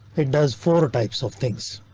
it does four types of things.